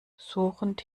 suchend